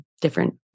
different